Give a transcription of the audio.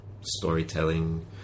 storytelling